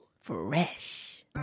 Fresh